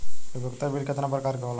उपयोगिता बिल केतना प्रकार के होला?